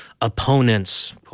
opponents